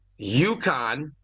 UConn